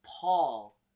Paul